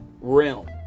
realm